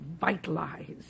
vitalize